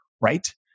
Right